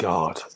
God